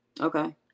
Okay